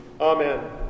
Amen